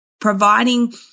providing